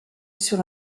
sur